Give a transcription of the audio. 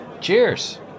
Cheers